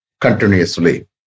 Continuously